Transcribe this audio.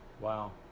Wow